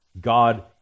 God